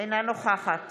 אינה נוכחת